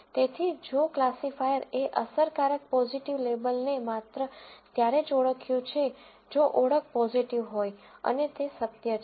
તેથી જો ક્લાસિફાયર એ અસરકારક પોઝીટિવ લેબલને માત્ર ત્યારે જ ઓળખ્યું છે જો ઓળખ પોઝીટિવ હોય અને તે સત્ય છે